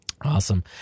Awesome